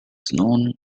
known